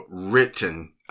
written